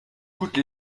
coûte